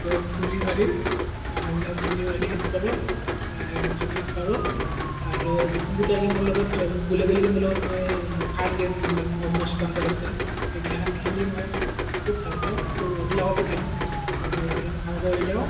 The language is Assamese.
সেইবিলাকক গুলি মাৰি মানুহবিলাকক গুলি মাৰি শেষ কৰোঁ যিমান পাৰোঁ আৰু কম্পিউটাৰ গেমৰ লগত গুলীয়াগুলি গেমৰ লগত মই কাৰ গেম যোনবিলাক মষ্ট ৱানটেড আছে সেইগিলাখান খেলি মই খুব ভাল পাওঁ সেইবিলাকতে টাইমখিনি পাৰ কৰি দেওঁ